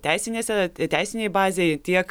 teisinėse teisinėj bazėj tiek